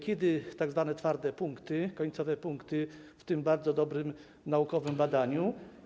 Kiedy tzw. twarde punkty, końcowe punkty w tym bardzo dobrym, naukowym badaniu?